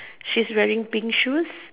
she's wearing pink shoes